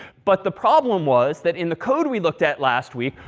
but the problem was, that in the code we looked at last week,